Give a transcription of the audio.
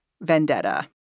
vendetta